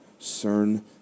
CERN